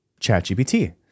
ChatGPT